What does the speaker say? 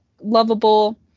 lovable